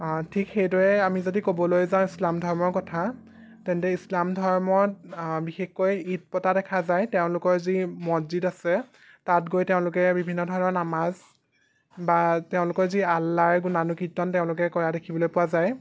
ঠিক সেইদৰে আমি যদি ক'বলৈ যাওঁ ইছলাম ধৰ্মৰ কথা তেন্তে ইছলাম ধৰ্মত বিশেষকৈ ঈদ পতা দেখা যায় তেওঁলোকৰ যি মচজিদ আছে তাত গৈ তেওঁলোকে বিভিন্ন ধৰণৰ নামাজ বা তেওঁলোকৰ যি আল্লাৰ গুণানুকীৰ্তন তেওঁলোকে কৰা দেখিবলৈ পোৱা যায়